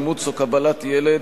אימוץ או קבלת ילד